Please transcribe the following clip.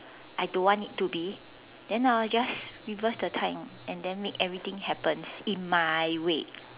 I don't want it to be then I'll just reverse the time and then make everything happen in my way